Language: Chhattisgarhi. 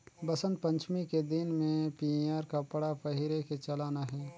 बसंत पंचमी के दिन में पीयंर कपड़ा पहिरे के चलन अहे